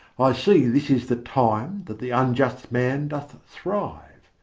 i see this is the time that the unjust man doth thrive.